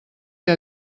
que